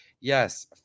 yes